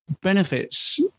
benefits